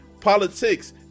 politics